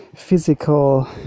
physical